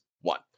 one